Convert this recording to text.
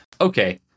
Okay